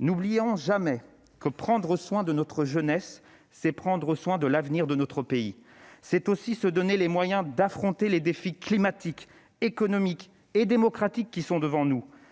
N'oublions jamais que prendre soin de notre jeunesse, c'est prendre soin de l'avenir de notre pays. C'est aussi se donner les moyens d'affronter les défis climatiques, économiques et démocratiques qui sont devant nous.